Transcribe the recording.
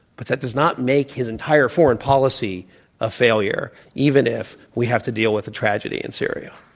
but that does not make his entire foreign policy a failure even if we have to deal with the tragedy in syria.